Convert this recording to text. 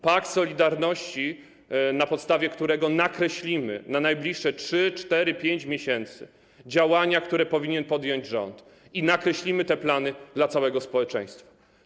Pakt solidarności, na podstawie którego nakreślimy na najbliższe 3, 4 miesiące czy 5 miesięcy działania, które powinien podjąć rząd, i nakreślimy te plany dla całego społeczeństwa.